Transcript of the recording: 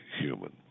human